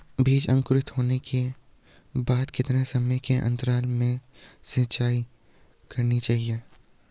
बीज अंकुरित होने के बाद कितने समय के अंतराल में सिंचाई करनी चाहिए?